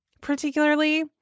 particularly